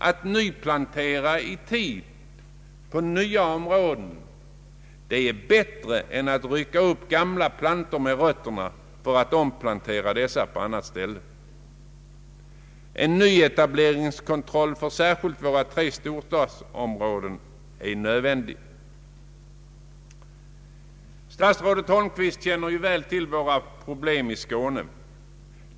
Att nyplantera i tid på nya områden är bättre än att rycka upp gamla plantor med rötterna för att omplantera dem på annat ställe. En nyetableringskontroll för särskilt våra tre storstadsområden är nödvändig. Statsrådet Holmqvist känner ju väl till våra problem i Skåne.